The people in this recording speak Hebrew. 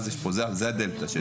אז זאת הדלתא שיש.